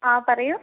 ആ പറയു